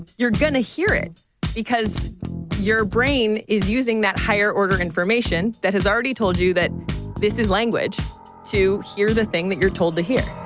you're going to hear it because your brain is using that higher order information that has already told you that this is language to hear the thing that you're told to hear